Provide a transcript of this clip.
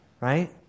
Right